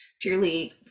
purely